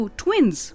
twins